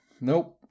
nope